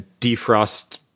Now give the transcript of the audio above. defrost